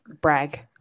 brag